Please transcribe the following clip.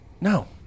No